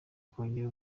kongera